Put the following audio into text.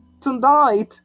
tonight